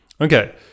Okay